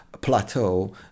plateau